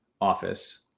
office